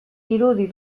irudi